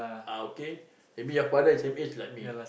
ah okay maybe your father is same age like me